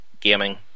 gaming